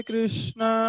Krishna